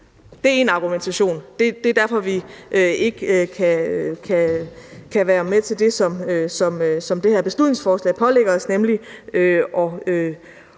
Det er én argumentation. Det er derfor, at regeringen ikke kan være med til det, som det her beslutningsforslag pålægger os,